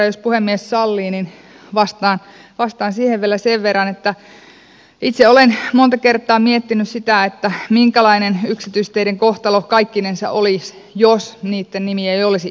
jos puhemies sallii niin vastaan siihen vielä sen verran että itse olen monta kertaa miettinyt sitä minkälainen yksityisteiden kohtalo kaikkinensa olisi jos niitten nimi ei olisi yksityistie